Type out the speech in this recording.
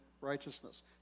righteousness